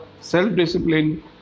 self-discipline